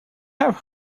have